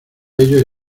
ellos